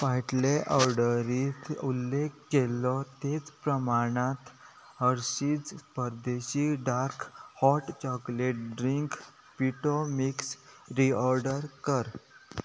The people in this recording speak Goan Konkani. फाटले ऑर्डरींत उल्लेख केल्लो तेच प्रमाणांत हर्शीज पर्देशी डार्क हॉट चॉकलेट ड्रिंक पिटो मिक्स रिऑर्डर कर